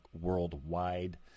Worldwide